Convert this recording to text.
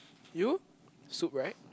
you soup right